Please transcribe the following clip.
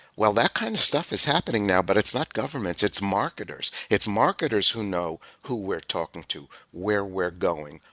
well, that kind of stuff is happening now, but it's not governments, it's marketers. it's marketers who know who we're talking to, where we're going,